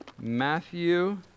Matthew